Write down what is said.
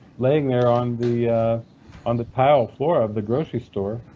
laying there on the on the tile floor of the grocery store,